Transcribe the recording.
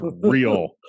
real